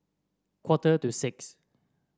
quarter to six